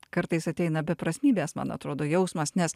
kartais ateina beprasmybės man atrodo jausmas nes